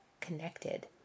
connected